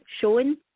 shown